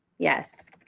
yes